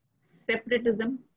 separatism